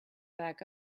back